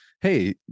Hey